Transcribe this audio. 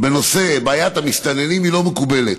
בנושא בעיית המסתננים היא לא מקובלת.